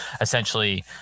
essentially